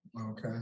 Okay